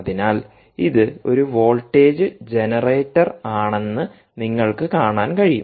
അതിനാൽ ഇത് ഒരു വോൾട്ടേജ് ജനറേറ്റർ ആണെന്ന് നിങ്ങൾക്ക് കാണാൻ കഴിയും